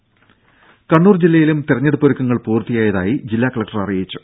രംഭ കണ്ണൂർ ജില്ലയിലും തെരഞ്ഞെടുപ്പ് ഒരുക്കങ്ങൾ പൂർത്തിയായതായി ജില്ലാ കലക്ടർ അറിയിച്ചു